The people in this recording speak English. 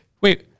wait